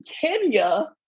Kenya